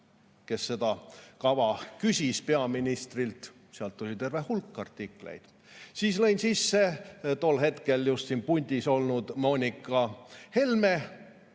küsis selle kava kohta peaministrilt. Vastuseks tuli terve hulk artikleid. Siis lõin sisse tol hetkel just siin puldis olnud Moonika Helme